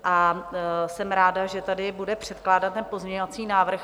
A jsem ráda, že tady bude předkládat ten pozměňovací návrh